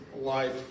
life